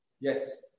Yes